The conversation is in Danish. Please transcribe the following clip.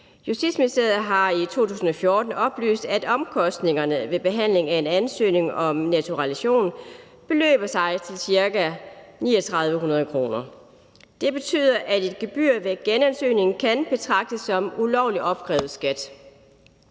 Justitsministeriet har i 2014 oplyst, at omkostningerne ved behandling af en ansøgning om naturalisation beløber sig til ca. 3.900 kr. Det betyder, at et gebyr ved genansøgning kan betragtes som ulovligt opkrævet skat.